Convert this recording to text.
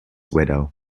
widow